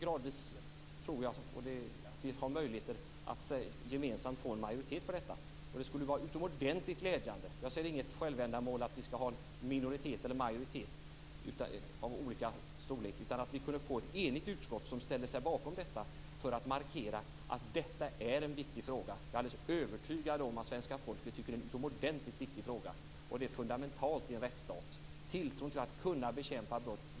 Gradvis har vi möjlighet att få en majoritet för en sådan översyn. Det skulle vara utomordentligt glädjande. Det finns inget självändamål i att ha en majoritet i frågan. Jag önskar att ett enigt utskott skulle ställa sig bakom förslaget för att markera att det är en viktig fråga. Jag är övertygad om att svenska folket tycker att det är en utomordentligt viktig fråga. Det är fundamentalt i en rättsstat med tilltro till att det är möjligt att bekämpa brott.